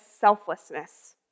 selflessness